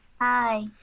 Hi